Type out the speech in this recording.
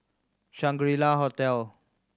Shangri La Hotel